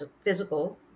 physical